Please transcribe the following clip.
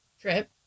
trip